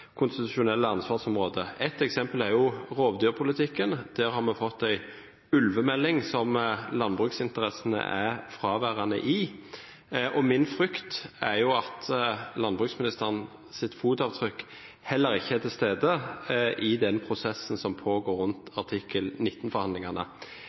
konstitusjonelle ansvarsområde. Et eksempel er rovdyrpolitikken, der vi har fått en ulvemelding der landbruksinteressene er fraværende. Min frykt er at landbruksministerens fotavtrykk heller ikke er til stede i den prosessen som pågår